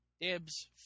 dibs